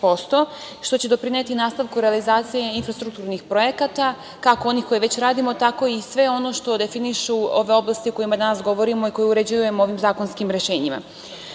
što će doprineti nastavku realizacije infrastrukturnih projekata, kako onih koje već radimo, tako i sve ono što definišu sve one oblasti o kojima danas govorimo i koje uređujemo ovim zakonskim rešenjima.